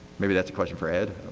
maybe that's a question for ed?